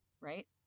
right